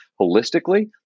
holistically